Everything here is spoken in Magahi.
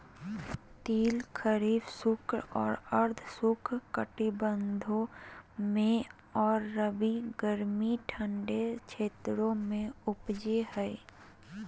तिल खरीफ शुष्क और अर्ध शुष्क कटिबंधों में और रबी गर्मी ठंडे क्षेत्रों में उपजै हइ